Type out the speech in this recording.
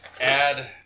add